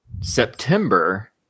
September